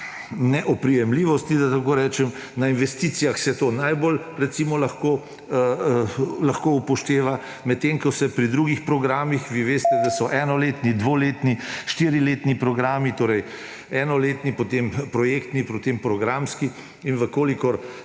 neoprijemljivosti, da tako rečem. Na investicijah se to najbolj, recimo, lahko upošteva, medtem ko se pri drugih programih; vi veste, da so enoletni, dvoletni, štiriletni programi, torej enoletni, potem projektni, potem programski. In če